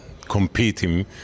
competing